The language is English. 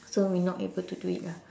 so we not able to do it ah